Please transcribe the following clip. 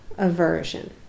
aversion